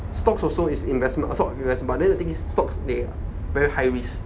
stocks also is investment stoc~ inves~ but then the thing is stocks they very high risk